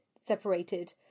separated